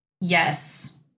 Yes